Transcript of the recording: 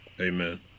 amen